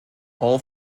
all